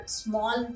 small